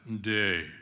day